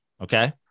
Okay